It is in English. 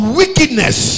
wickedness